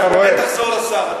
אתה לא קובע סטנדרטים.